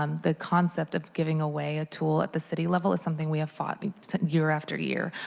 um the concept of giving away a tool at the city level is something we have fought year after year.